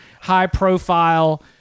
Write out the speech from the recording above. high-profile